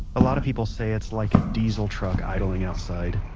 a lot of people say it's like a diesel truck idling outside